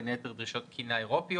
בין היתר דרישות תקינה אירופיות,